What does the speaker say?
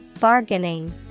Bargaining